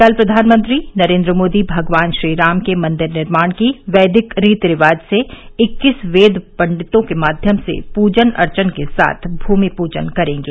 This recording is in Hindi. कल प्रधानमंत्री नरेंद्र मोदी भगवान श्रीराम के मंदिर निर्माण की वैदिक रीति रिवाज से इक्कीस वेद पंडितों के माध्यम से पूजन अर्चन के साथ भूमि पूजन करेंगें